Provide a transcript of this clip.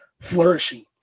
flourishing